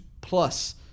plus